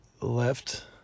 left